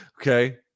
okay